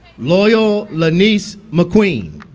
loyal lanese mcqueen